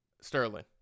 Sterling